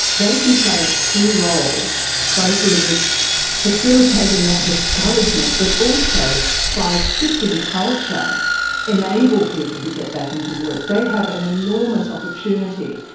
they can play a key role both in facilitating that discouragement but also by shift in culture enable people to get back into work. they have an enormous opportunity.